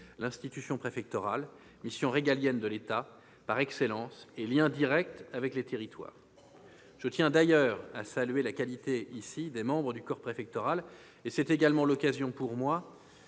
l'institution préfectorale, mission régalienne de l'État par excellence et lien direct avec les territoires. Je tiens d'ailleurs ici à saluer la qualité des membres du corps préfectoral. En particulier, je salue le